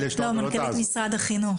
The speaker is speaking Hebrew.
מנכ"לית משרד החינוך